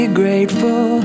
grateful